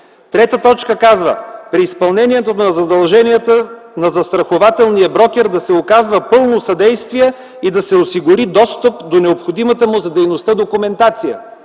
поръчки. 3. При изпълнението на задълженията на застрахователния брокер да се оказва пълно съдействие и да се осигури достъп до необходимата му за дейността документация.